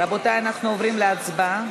רבותי, אנחנו עוברים להצבעה.